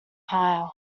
higher